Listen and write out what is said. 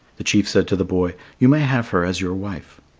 the chief said to the boy, you may have her as your wife.